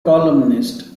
columnist